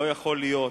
לא יכול להיות